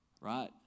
right